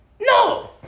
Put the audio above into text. No